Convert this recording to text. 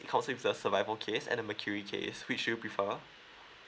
it comes with a survival case and the mercury case which do you prefer